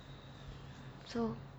so